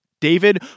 David